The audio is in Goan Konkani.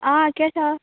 आं कॅसो आसा